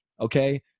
okay